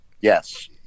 Yes